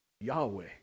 Yahweh